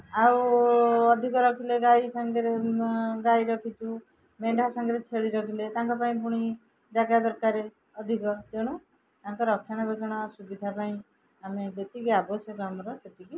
ଆଉ ଅଧିକ ରଖିଲେ ଗାଈ ସାଙ୍ଗରେ ଗାଈ ରଖିଛୁ ମେଣ୍ଢା ସାଙ୍ଗରେ ଛେଳି ରଖିଲେ ତାଙ୍କ ପାଇଁ ପୁଣି ଜାଗା ଦରକାରେ ଅଧିକ ତେଣୁ ତାଙ୍କର ରକ୍ଷଣାବେକ୍ଷଣ ସୁବିଧା ପାଇଁ ଆମେ ଯେତିକି ଆବଶ୍ୟକ ଆମର ସେତିକି